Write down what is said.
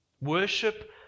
Worship